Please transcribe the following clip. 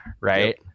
right